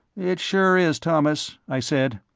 it sure is, thomas, i said.